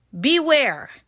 beware